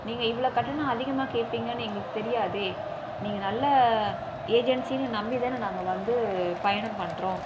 நீங்கள் இவ்வளோ கட்டணம் அதிகமாக கேட்பீங்கனு எங்களுக்கு தெரியாதே நீங்கள் நல்ல ஏஜென்சின்னு நம்பி தானே நாங்கள் வந்து பயணம் பண்ணுறோம்